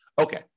Okay